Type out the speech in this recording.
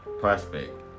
prospect